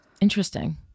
Interesting